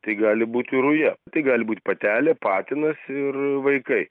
tai gali būti ruja tai gali būt patelė patinas ir vaikai